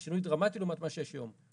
זה שינוי דרמטי לעומת מה שיש היום.